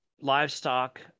livestock